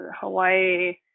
Hawaii